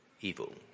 evil